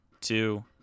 two